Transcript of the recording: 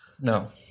No